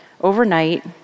overnight